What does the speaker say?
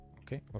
Okay